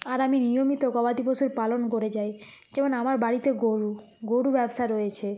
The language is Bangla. আর আমি নিয়মিত গবাদি পশুর পালন করে যাই যেমন আমার বাড়িতে গরু গরু ব্যবসা রয়েছে